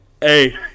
Hey